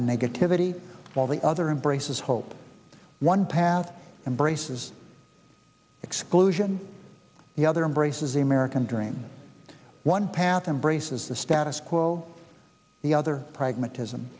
negativity while the other embraces hope one path embraces exclusion the other embraces the american dream one path embraces the status quo the other pragmatism